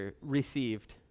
received